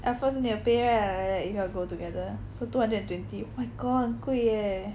Alfred also need to pay right like that if you all go together so two hundred and twenty oh my god 很贵 leh